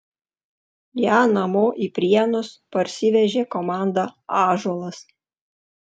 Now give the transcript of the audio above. ją namo į prienus parsivežė komanda ąžuolas